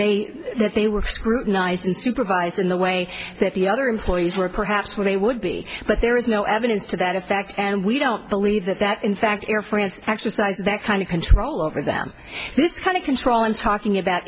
they that they were scrutinised and supervised in the way that the other employees were perhaps what they would be but there is no evidence to that effect and we don't believe that that in fact air france exercise that kind of control over them this kind of control i'm talking about